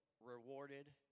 rewarded